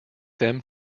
them